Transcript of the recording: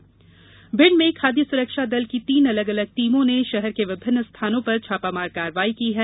छापामारी भिंड में खाद्य सुरक्षा दल की तीन अलग अलग टीमों ने शहर के विभिन्न स्थानों पर छापामार कार्यवाही की है